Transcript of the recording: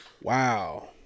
Wow